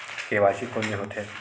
KYC कोन में होथे?